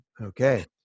okay